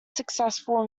successful